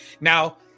now